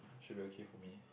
should be okay for me